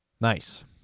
Nice